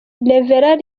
rev